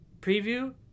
Preview